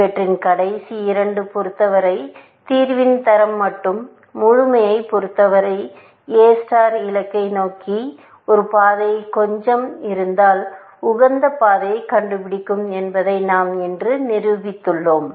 இவற்றில் கடைசி இரண்டு பொறுத்தவரை தீர்வின் தரம் மற்றும் முழுமையைப் பொறுத்தவரை எ ஸ்டார் இலக்கை நோக்கி ஒரு பாதை கொஞ்சம் இருந்தால் உகந்த பாதையைக் கண்டுபிடிக்கும் என்பதை நாம் இன்று நிரூபித்துள்ளோம்